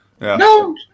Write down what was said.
No